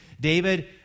David